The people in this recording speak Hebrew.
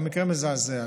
המקרה מזעזע.